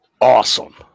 awesome